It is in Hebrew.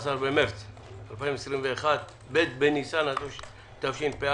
15 במרץ 2021, ב' בניסן התשפ"א.